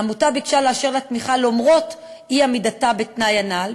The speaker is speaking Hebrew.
העמותה ביקשה לאשר לה תמיכה למרות אי-עמידתה בתנאי הנ"ל,